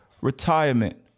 retirement